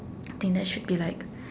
I think that should be like